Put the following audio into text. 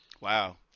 wow